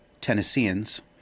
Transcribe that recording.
Tennesseans